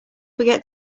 forget